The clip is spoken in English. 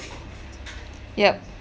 yup